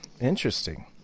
interesting